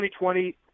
2020